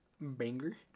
Banger